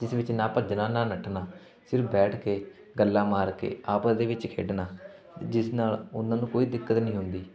ਜਿਸ ਵਿੱਚ ਨਾ ਭੱਜਣਾ ਨਾ ਨੱਠਣਾ ਸਿਰਫ ਬੈਠ ਕੇ ਗੱਲਾਂ ਮਾਰ ਕੇ ਆਪਸ ਦੇ ਵਿੱਚ ਖੇਡਣਾ ਜਿਸ ਨਾਲ ਉਹਨਾਂ ਨੂੰ ਕੋਈ ਦਿੱਕਤ ਨਹੀਂ ਹੁੰਦੀ